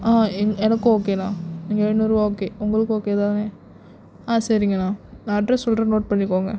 ஆ எனக்கும் ஓகேண்ணா எழுநூறு ரூபா ஓகே உங்களுக்கும் ஓகே தானே ஆ சரிங்கண்ணா நான் அட்ரஸ் சொல்கிறேன் நோட் பண்ணிக்கோங்க